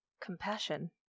Compassion